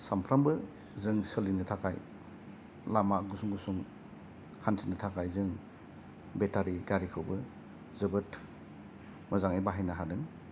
सामफ्रोमबो जों सोलिनो थाखाय लामा गुसुं गुसुं हान्थिनो थाखाय जों बेटारि गारिखौबो जोबोत मोजाङै बाहायनो हादों